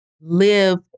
live